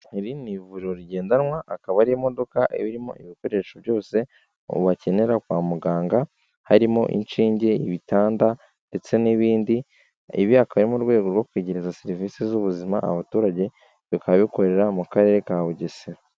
Iri ni ivuriro rigendanwa akaba ari imodoka irimo ibikoresho byose bakenera kwa muganga harimo inshinge, ibitanda ndetse n'ibindi, ibi akaba ari mu rwego rwo kwegereza serivise z'ubuzima abaturage, bikaba bikorera mu karere ka Bugesera.